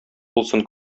булсын